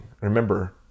remember